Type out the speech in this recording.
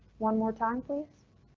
one more time please.